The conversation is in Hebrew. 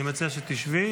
אני מציע שתשבי,